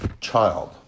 child